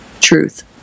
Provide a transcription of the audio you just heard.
Truth